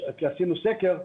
כי עשינו סקר,